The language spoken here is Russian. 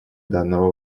данного